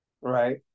right